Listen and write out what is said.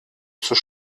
zur